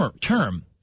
term